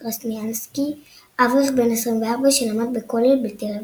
קרסניאנסקי, אברך בן 24 שלמד בכולל בתל אביב.